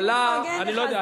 רוצים לפרגן לך, אז תהיה פה.